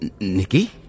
Nikki